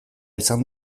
izan